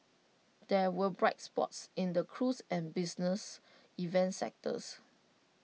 there were bright spots in the cruise and business events sectors